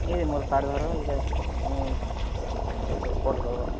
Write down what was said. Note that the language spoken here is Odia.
ଏ ମୋର କାର୍ଡ଼ ଧର ଏଇଟା ମୁଁ କଲ୍ କର୍ବୋ